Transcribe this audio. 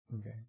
okay